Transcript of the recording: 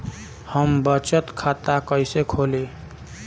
हम बचत खाता कईसे खोली?